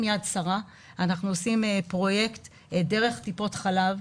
עם יד שרה אנחנו עושים פרויקט דרך טיפות חלב,